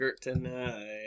tonight